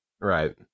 Right